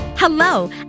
Hello